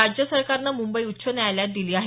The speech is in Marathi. राज्य सरकारन मुंबई उच्च न्यायालयात दिली आहे